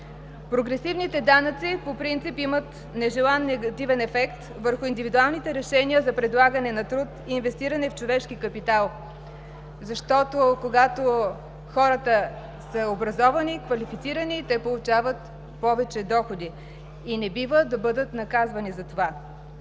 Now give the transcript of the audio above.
Прогресивните данъци по принцип имат нежелан, негативен ефект върху индивидуалните решения за предлагане на труд и инвестиране в човешки капитал. Защото, когато хората са образовани, квалифицирани, те получават повече доходи и не бива да бъдат наказвани за това.